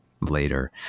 later